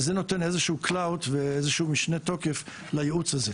זה נותן איזשהו clout ואיזשהו משנה תוקף לייעוץ הזה.